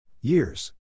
Years